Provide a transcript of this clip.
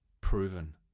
proven